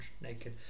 naked